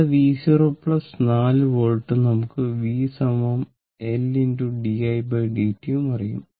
ഇവിടെ v0 4 volt നമുക്ക് v L didt ഉം അറിയാം